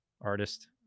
artist